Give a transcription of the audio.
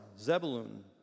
Zebulun